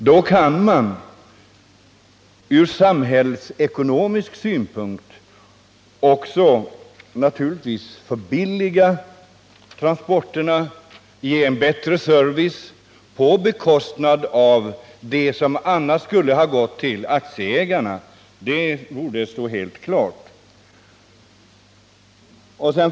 Då kan man ordna den ur samhällsekonomisk synpunkt bästa trafiken, förbilliga transporterna och ge en bättre service genom att använda de vinster som annars skulle ha gått till aktieägarna. Det borde stå helt klart.